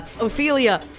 Ophelia